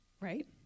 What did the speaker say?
right